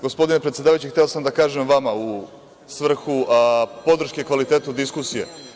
Gospodine predsedavajući, hteo sam da kažem vama svrhu podrške kvalitetu diskusije.